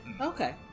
Okay